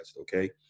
okay